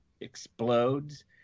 explodes